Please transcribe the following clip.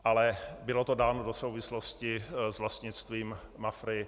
Ale bylo to dáno do souvislosti s vlastnictvím Mafry.